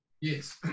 Yes